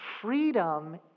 freedom